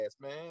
man